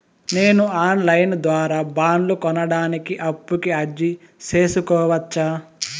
నేను online ద్వారా బండ్లు కొనడానికి అప్పుకి అర్జీ సేసుకోవచ్చా?